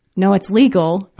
no, it's legal,